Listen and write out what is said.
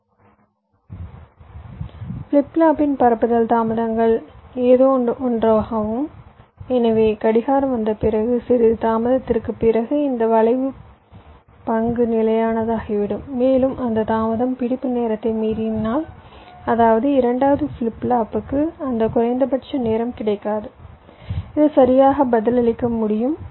எனவே ஃபிளிப் ஃப்ளாப்பின் பரப்புதல் தாமதங்கள் ஏதோவொன்றாகும் எனவே கடிகாரம் வந்த பிறகு சிறிது தாமதத்திற்குப் பிறகு இந்த வளைவு பங்கு நிலையானதாகிவிடும் மேலும் அந்த தாமதம் பிடிப்பு நேரத்தை மீறினால் அதாவது இரண்டாவது ஃபிளிப் ஃப்ளாப்புக்கு அந்த குறைந்தபட்ச நேரம் கிடைக்காது இது சரியாக பதிலளிக்க முடியும்